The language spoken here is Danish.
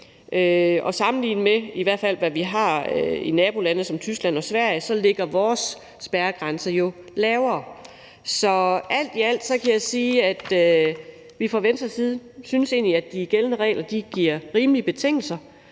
og sammenlignet med, hvad man i hvert fald har i nabolande som Tyskland og Sverige, ligger vores spærregrænse jo lavere. Så alt i alt kan jeg sige, at vi fra Venstres side egentlig synes, at de gældende regler giver rimelige betingelser,